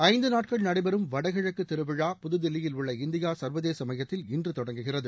ஐந்து நாட்கள் நடைபெறும் வடகிழக்கு திருவிழா புதுதில்லியில் உள்ள இந்தியா சர்வதேச மையத்தில் இன்று தொடங்குகிறது